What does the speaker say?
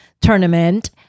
tournament